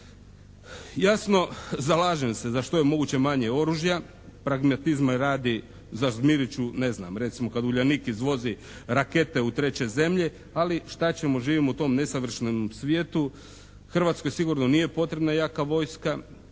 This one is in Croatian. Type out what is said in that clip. Jasno zalažem se za što je moguće manje oružja, pragmatizma radi zažmirit ću recimo kad "Uljanik" izvozi rakete u treće zemlje ali šta ćemo živimo u tom nesavršenom svijetu. Hrvatskoj sigurno nije potrebna jaka vojska